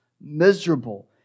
miserable